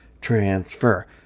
transfer